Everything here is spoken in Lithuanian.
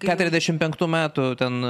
keturiasdešimt penktų metų ten